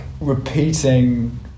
repeating